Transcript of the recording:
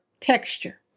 texture